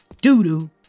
doo-doo